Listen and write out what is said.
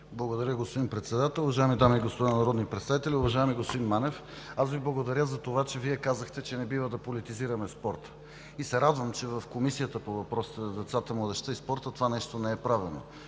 Благодаря, господин Председател. Уважаеми дами и господа народни представители! Уважаеми господин Манев, аз благодаря за това, че Вие казахте, че не бива да политизираме в спорта. Радвам се, че в Комисията по въпросите на децата, младежта и спорта това нещо не е правено.